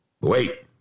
Wait